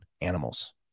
animals